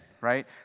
right